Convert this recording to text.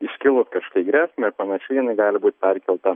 iškilus kažkokiai grėsmei ar panašiai jinai gali būt perkelta